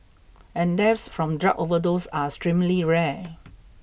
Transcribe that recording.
and deaths from drug overdose are extremely rare